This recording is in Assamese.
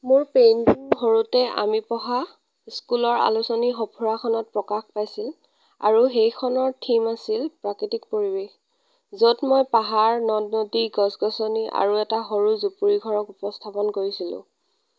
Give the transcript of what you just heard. মোৰ পেইন সৰুতে আমি পঢ়া স্কুলৰ আলোচনী সঁফুৰাখনত প্ৰকাশ পাইছিল আৰু সেইখন থিম আছিল প্ৰাকৃতিক পৰিৱেশ য'ত মই পাহাৰ নদ নদী গছ গছনি আৰু এটা সৰু জুপুৰি ঘৰক উপস্থাপন কৰিছিলোঁ